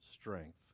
strength